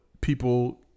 people